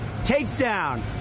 takedown